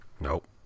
Nope